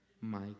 Mike